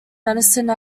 medicine